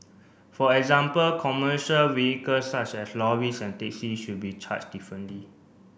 for example commercial vehicles such as lorries and taxis should be charged differently